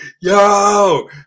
yo